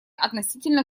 относительно